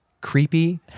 creepy